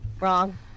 wrong